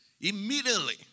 immediately